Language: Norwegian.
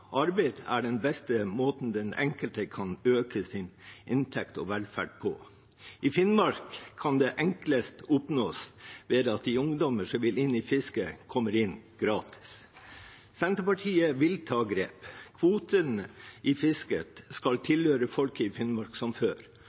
Arbeid er den beste måten den enkelte kan øke sin inntekt og velferd på. I Finnmark kan det enklest oppnås ved at de ungdommer som vil inn i fisket, kommer inn gratis. Senterpartiet vil ta grep. Kvotene i fisket skal tilhøre folket i Finnmark, som før,